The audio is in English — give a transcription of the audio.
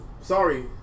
Sorry